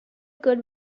good